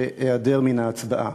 שאיעדר מן ההצבעה.